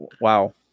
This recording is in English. Wow